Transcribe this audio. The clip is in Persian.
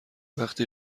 وقتی